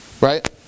Right